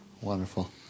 Wonderful